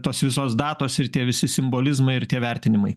tos visos datos ir tie visi simbolizmai ir tie vertinimai